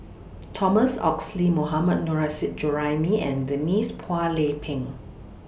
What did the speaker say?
Thomas Oxley Mohammad Nurrasyid Juraimi and Denise Phua Lay Peng